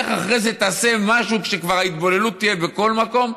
ולך אחרי זה תעשה משהו כשההתבוללות כבר תהיה בכל מקום.